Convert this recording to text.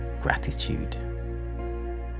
gratitude